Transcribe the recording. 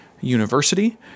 University